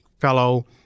fellow